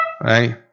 right